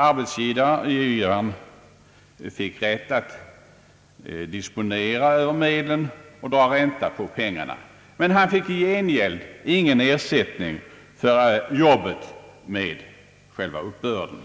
Arbetsgivaren fick rätt att disponera över medlen och dra ränta på pengarna, men han fick i gengäld ingen ersättning för besväret med själva uppbörden;